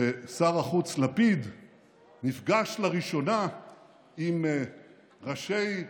ששר החוץ לפיד נפגש לראשונה עם ראשי,